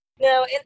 no